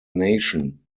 nation